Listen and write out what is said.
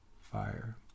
fire